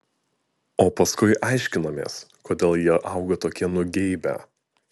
o paskui aiškinamės kodėl jie auga tokie nugeibę